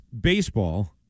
baseball